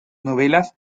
novelas